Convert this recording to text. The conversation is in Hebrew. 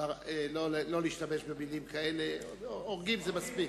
לא להשתמש במלים כאלה, הורגים זה מספיק.